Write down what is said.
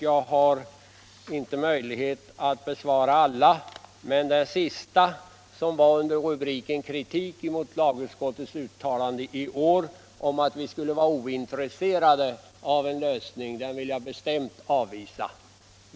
Jag har inte möjlighet att besvara alla, men jag skall besvara den sista, som gällde en kritik mot lagutskottets uttalande i år och att vi i utskottet skulle vara ointresserade av en lösning. Den kritiken vill jag bestämt avvisa.